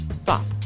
stop